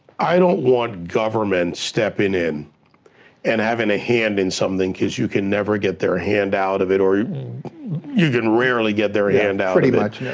i don't want government stepping in and having a hand in something cause you can never get their hand out of it, or you you can rarely get their hand out. yeah, pretty much.